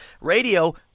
Radio